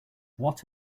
what